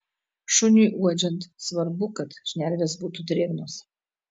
šuniui uodžiant svarbu kad šnervės būtų drėgnos